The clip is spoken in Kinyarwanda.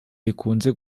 rikunze